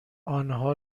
آنها